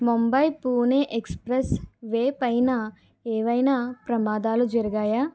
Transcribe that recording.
Mumbai Pune expressway పైన ఏమైనా ప్రమాదాలు జరిగాయా